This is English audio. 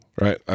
Right